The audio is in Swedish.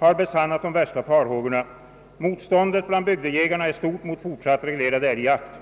har besannat de värsta farhågorna. Motståndet bland bygdejägarna är stort mot fortsatt reglerad jakt.